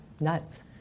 Nuts